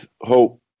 hope